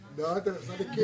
עולים.